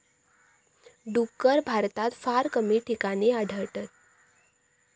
डुक्कर भारतात फार कमी ठिकाणी आढळतत